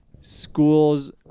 schools